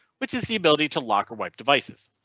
which is the ability to lock or wipe devices.